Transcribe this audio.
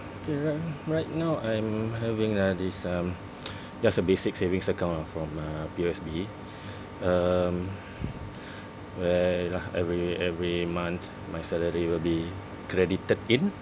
okay right right now I'm having uh this um just a basic savings account lah from uh P_O_S_B um where every every month my salary will be credited in